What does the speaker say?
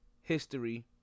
history